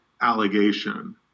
allegation